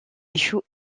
échoue